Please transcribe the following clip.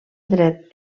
dret